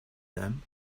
them